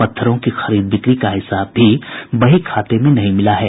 पत्थरों की खरीद बिक्री का हिसाब भी बही खाते में नहीं मिला है